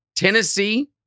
Tennessee